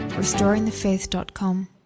RestoringTheFaith.com